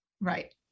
Right